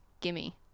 gimme